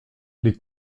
les